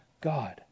God